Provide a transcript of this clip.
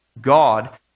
God